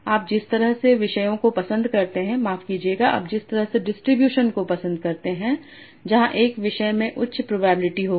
आप जिस तरह से विषयों को पसंद करते हैं माफ कीजिएगा आप जिस तरह से डिस्ट्रीब्यूशन को पसंद करते हैं जहां एक विषय में उच्च प्रोबेबिलिटी होगी